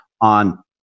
on